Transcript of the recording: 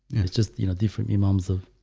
it's just you know different me mom's of